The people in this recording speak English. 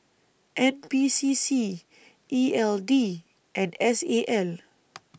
N P C C E L D and S A L